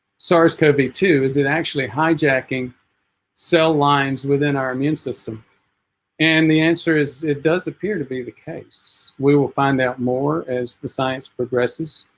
sars cov two is it actually hijacking cell lines within our immune system and the answer is it does appear to be the case we will find out more as the science progresses